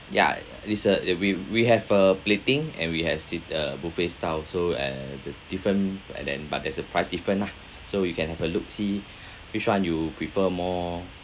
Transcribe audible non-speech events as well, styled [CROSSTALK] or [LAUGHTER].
ya [NOISE] is a ya we we have uh plating and we have sit uh buffet style so and the different and then but there's a price different lah so you can have a look see which one you prefer more